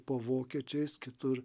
po vokiečiais kitur